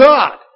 God